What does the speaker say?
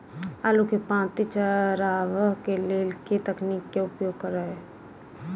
आलु केँ पांति चरावह केँ लेल केँ तकनीक केँ उपयोग करऽ?